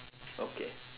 okay